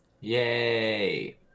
Yay